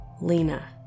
Lena